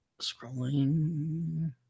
Scrolling